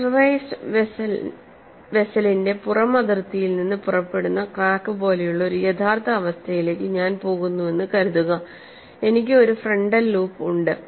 pressurised വെസ്സലിന്റെ പുറം അതിർത്തിയിൽ നിന്ന് പുറപ്പെടുന്ന ക്രാക്ക് പോലെയുള്ള ഒരു യഥാർത്ഥ അവസ്ഥയിലേക്ക് ഞാൻ പോകുന്നുവെന്ന് കരുതുക എനിക്ക് ഒരു ഫ്രണ്ടൽ ലൂപ്പ് ഉണ്ട്